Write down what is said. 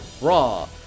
Raw